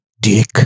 dick